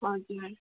हजुर